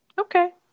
Okay